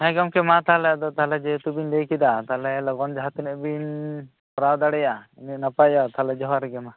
ᱦᱮᱸ ᱜᱚᱝᱠᱮ ᱢᱟ ᱛᱟᱦᱚᱞᱮ ᱟᱫᱚ ᱛᱟᱦᱚᱞᱮ ᱡᱮᱦᱮᱛᱩ ᱵᱮᱱ ᱞᱟᱹᱭ ᱠᱮᱫᱟ ᱞᱚᱜᱚᱱ ᱡᱟᱦᱟᱸ ᱛᱤᱱᱟᱜ ᱵᱤᱱ ᱠᱚᱨᱟᱣ ᱫᱟᱲᱮᱭᱟᱜ ᱩᱱᱟᱹᱜ ᱱᱟᱯᱟᱭᱚᱜᱼᱟ ᱛᱟᱦᱚᱞᱮ ᱡᱚᱦᱟᱨ ᱜᱮ ᱢᱟ